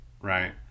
right